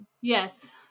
Yes